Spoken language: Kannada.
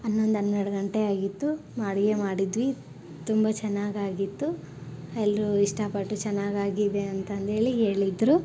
ಹನ್ನೊಂದು ಹನ್ನೆರಡು ಗಂಟೆ ಆಗಿತ್ತು ಮಾ ಅಡುಗೆ ಮಾಡಿದ್ವಿ ತುಂಬ ಚೆನ್ನಾಗಾಗಿತ್ತು ಎಲ್ಲರೂ ಇಷ್ಟಪಟ್ಟು ಚೆನ್ನಾಗಿ ಆಗಿದೆ ಅಂತಂದೇಳಿ ಹೇಳಿದ್ರು